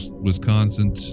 Wisconsin